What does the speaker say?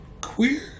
Queer